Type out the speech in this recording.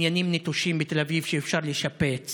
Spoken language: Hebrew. בניינים נטושים בתל אביב שאפשר לשפץ